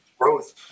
growth